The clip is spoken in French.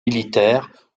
militaire